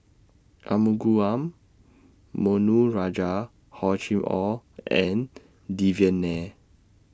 mono Rajah Hor Chim Or and Devan Nair